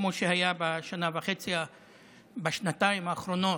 כמו שהיו בשנה וחצי-שנתיים האחרונות,